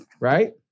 right